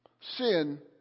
sin